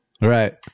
Right